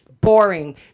boring